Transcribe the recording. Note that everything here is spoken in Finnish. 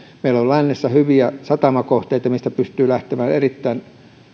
meillä on lännessä hyviä satamakohteita mistä pystyy lähtemään erittäin